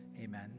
Amen